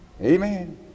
Amen